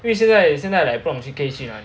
因为现在现在 like 不懂去可以睡哪里